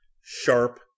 Sharp